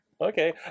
okay